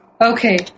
Okay